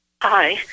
Hi